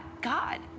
God